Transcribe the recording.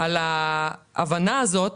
על ההבנה הזאת